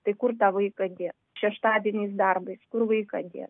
tai kur tą vaiką dėt šeštadieniais darbas kur vaiką dėt